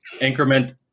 increment